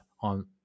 on